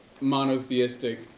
monotheistic